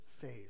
faith